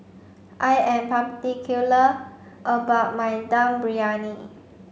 I am particular about my Dum Briyani